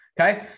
Okay